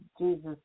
Jesus